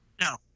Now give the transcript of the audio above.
No